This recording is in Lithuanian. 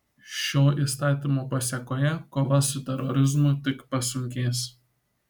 šio įstatymo pasėkoje kova su terorizmu tik pasunkės